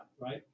right